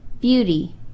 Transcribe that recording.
beauty